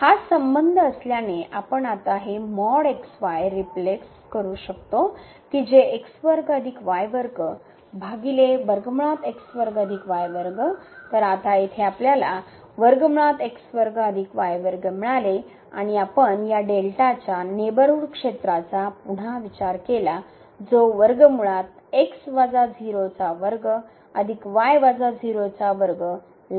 हा संबंध असल्याने आपण आता हे । xy । रीप्लेस करू शकतो आणि भागिले तर आता येथे आपल्यास मिळाले आणि आपण या डेल्टाच्या या नेबरहूड क्षेत्राचा पुन्हा विचार केला जो आहे